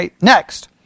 Next